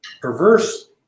perverse